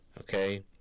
Okay